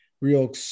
real